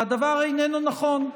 והדבר איננו נכון.